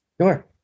Sure